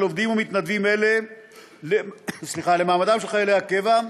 עובדים ומתנדבים אלה למעמדם של חיילי הקבע,